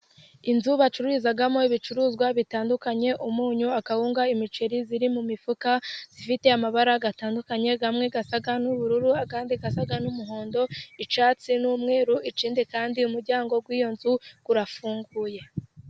Inzu bacururizamo ibicuruzwa bitandukanye: umunyu, akawunga, imiceri, iri mu mifuka ifite amabara atandukanye amwe asa n'ubururu, andi asa n'umuhondo, icyatsi n'umweru, ikindi kandi umuryango w'iyo nzu urafunguye.